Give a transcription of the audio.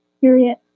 Period